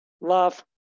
love